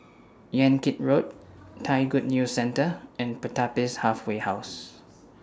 Yan Kit Road Thai Good News Centre and Pertapis Halfway House